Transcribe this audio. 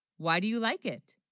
why, do you like it